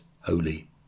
holy